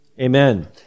Amen